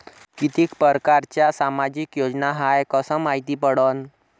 कितीक परकारच्या सामाजिक योजना हाय कस मायती पडन?